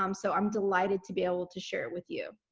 um so i'm delighted to be able to share with you